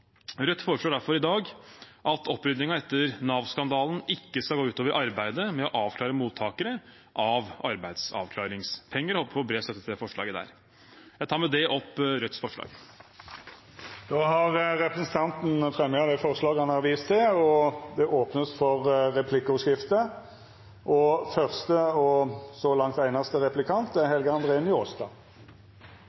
Rødt foreslår derfor i dag at opprydningen etter Nav-skandalen ikke skal gå ut over arbeidet med å avklare mottakere av arbeidsavklaringspenger, og vi håper på bred støtte til det forslaget. Jeg tar med det opp Rødts forslag. Representanten Bjørnar Moxnes har teke opp det forslaget han refererte til. Det vert replikkordskifte. Det har